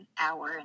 hour